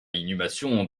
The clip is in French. inhumation